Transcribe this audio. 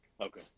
Okay